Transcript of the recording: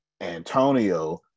Antonio